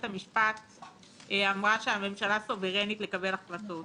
המשפט אמרה שהממשלה סוברנית לקבל החלטות.